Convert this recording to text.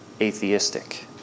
atheistic